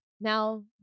Now